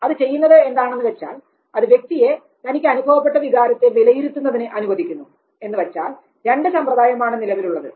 അത് ചെയ്യുന്നത് എന്താണെന്ന് വെച്ചാൽ അത് വ്യക്തിയെ തനിക്ക് അനുഭവപ്പെട്ട വികാരത്തെ വിലയിരുത്തുന്നതിന് അനുവദിക്കുന്നു എന്നുവച്ചാൽ രണ്ട് സമ്പ്രദായമാണ് നിലവിലുള്ളത്